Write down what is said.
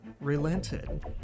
relented